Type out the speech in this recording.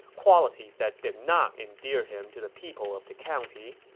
qualities that did not endear him to the people of the county.